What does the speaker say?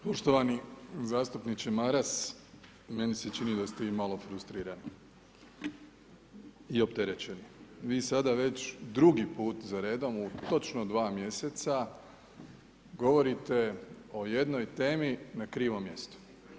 Poštovani zastupniče Maras, meni se čini da ste vi malo frustrirani i opterećeni, vi sada već 2 put za redom u točno 2 mj. govorite o jednoj temi na krivom mjestu.